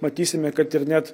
matysime kad ir net